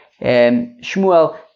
Shmuel